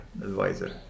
advisor